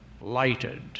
lighted